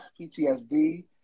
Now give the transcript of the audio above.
PTSD